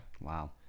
Wow